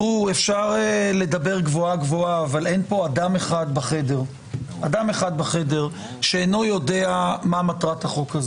אפשר לדבר גבוהה-גבוהה אבל אין אדם בחדר שאינו יודע מה מטרת החוק.